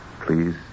Please